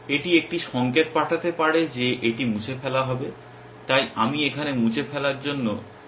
এটি একটি সংকেত পাঠাতে পারে যে এটি মুছে ফেলা হবে তাই আমি এখানে মুছে ফেলার জন্য বিয়োগ চিহ্ন ব্যবহার করব